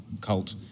cult